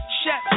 chef